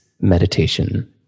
meditation